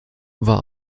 war